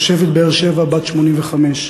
תושבת באר-שבע בת 85,